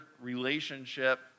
relationship